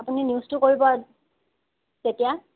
আপুনি নিউজটো কৰিব তেতিয়া